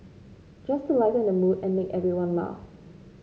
just to lighten the mood and make everyone laugh